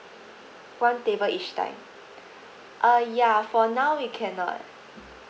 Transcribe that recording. one table each time uh ya for now we cannot